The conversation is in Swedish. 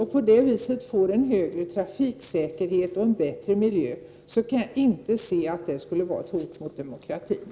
Om vi med en sådan anpassning får en högre trafiksäkerhet och en bättre miljö, då kan jag inte se att dessa system är ett hot mot demokratin.